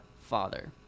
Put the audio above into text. Father